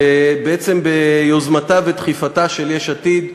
בעצם ביוזמתה ובדחיפתה של יש עתיד,